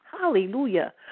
hallelujah